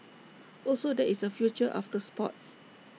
also there is A future after sports